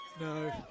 No